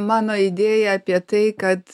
mano idėja apie tai kad